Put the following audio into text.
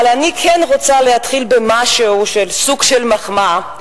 אבל אני כן רוצה להתחיל במשהו, סוג של מחמאה,